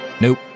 Nope